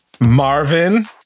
marvin